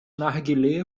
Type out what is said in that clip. narguilé